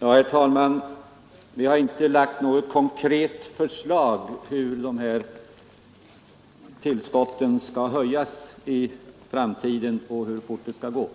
Herr talman! Vi har inte lagt något konkret förslag om hur dessa tillskott skall höjas i framtiden och hur fort det skall gå.